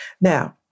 Now